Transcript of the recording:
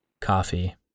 Coffee